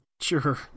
sure